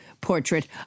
portrait